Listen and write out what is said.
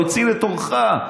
הוא הציל את עורך.